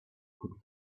could